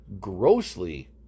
grossly